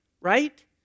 right